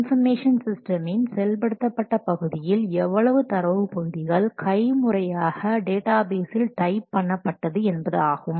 information சிஸ்டமின் செயல்படுத்தப்பட்ட பகுதியில் எவ்வளவு தரவு பகுதிகள் கை முறையாக டேட்டாபேஸில் டைப் பண்ணபட்டது என்பதாகும்